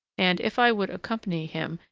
and, if i would accompany him,